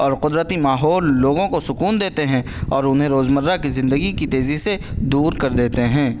اور قدرتی ماحول لوگوں کو سکون دیتے ہیں اور انہیں روزمرہ کی زندگی کی تیزی سے دور کر دیتے ہیں